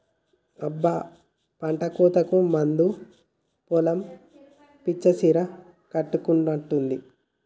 అబ్బ పంటకోతకు ముందు పొలం పచ్చ సీర కట్టుకున్నట్టుంది